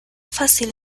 fácil